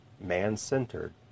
man-centered